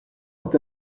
tout